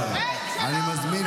"-- נהפוך הוא,